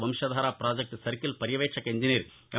Vamsadhara project circle పర్యవేక్షక engineer ఎం